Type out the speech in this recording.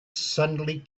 suddenly